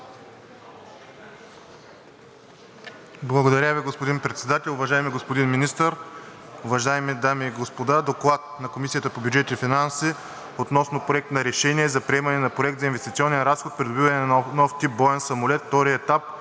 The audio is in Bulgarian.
Благодаря Ви, господин Председател. Уважаеми господин Министър, уважаеми дами и господа! „ДОКЛАД на Комисията по бюджет и финанси относно Проект на решение за приемане на инвестиционен разход „Придобиване на нов тип боен самолет“ – втори етап,